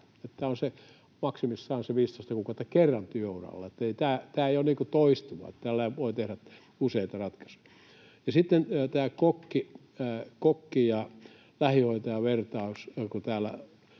Tämä on maksimissaan se 15 kuukautta kerran työuralla. Tämä ei ole toistuva, että tällä voisi tehdä useita ratkaisuja. Sitten on tämä kokki- ja lähihoitajavertaus, kun täällä